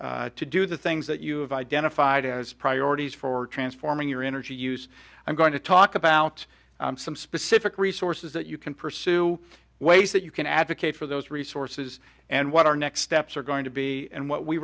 do the things that you have identified as priorities for transforming your energy use i'm going to talk about some specific resources that you can pursue ways that you can advocate for those resources and what our next steps are going to be and what we